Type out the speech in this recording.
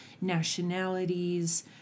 nationalities